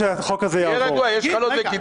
תהיה רגוע, יש חלות לקידוש בירושלים.